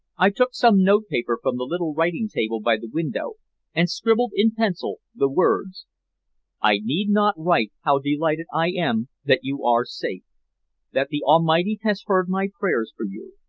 i took some notepaper from the little writing-table by the window and scribbled in pencil the words i need not write how delighted i am that you are safe that the almighty has heard my prayers for you.